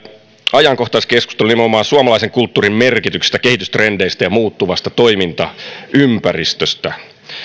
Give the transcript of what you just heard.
ajankohtaiskeskustelu nimenomaan suomalaisen kulttuurin merkityksestä kehitystrendeistä ja muuttuvasta toimintaympäristöstä